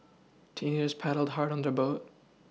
teenagers paddled hard on their boat